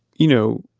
you know,